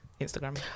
Instagram